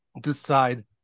decide